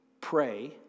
Pray